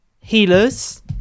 healers